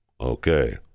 Okay